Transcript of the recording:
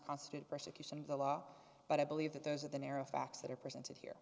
constitute persecution of the law but i believe that those are the narrow facts that are presented the